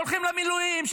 שהולכים למילואים,